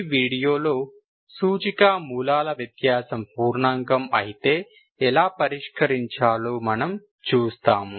ఈ వీడియోలో సూచిక మూలాల వ్యత్యాసం పూర్ణాంకం అయితే ఎలా పరిష్కరించాలో మనం చూస్తాము